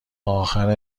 آخر